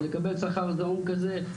ולקבל שכר זעום כזה,